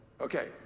Okay